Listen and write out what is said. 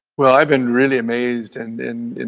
well, i've been really amazed and in